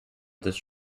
this